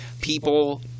people